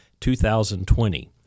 2020